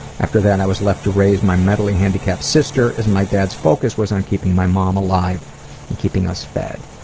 after that i was left to raise my mentally handicapped sister, as my dad's focus was on keeping my mom alive and keeping us fed.